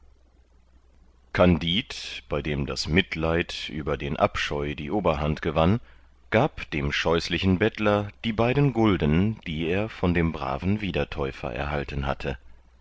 kandid bei dem das mitleid über den abscheu die oberhand gewann gab dem scheuslichen bettler die beiden gulden die er von dem braven wiedertäufer erhalten hatte